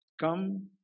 Come